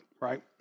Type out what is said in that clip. right